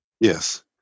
Yes